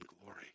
glory